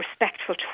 respectful